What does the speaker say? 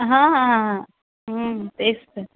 हा हा हा तेच तर